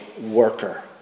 worker